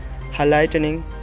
highlighting